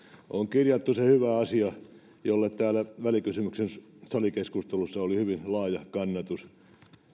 on kirjattu se hyvä asia jolle täällä välikysymyksen salikeskustelussa oli hyvin laaja kannatus